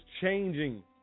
changing